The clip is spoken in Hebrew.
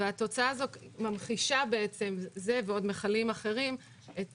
התוצאה הזאת ושל עוד מכלים אחרים ממחישות את